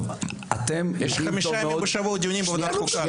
יש חמישה דיונים בשבוע של ועדת חוקה.